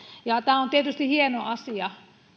tämä on tietysti hieno asia